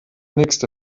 nächste